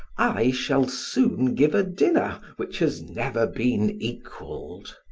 i shall soon give a dinner which has never been equaled!